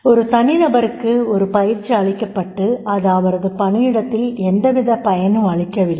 ஒரு நபருக்கு ஒரு பயிற்சி அளிக்கப்பட்டு அது அவரது பணியிடத்தில் எந்தவிதப் பயனுமளிக்கவில்லை